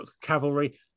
cavalry